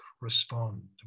respond